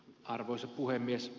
arvoisa puhemies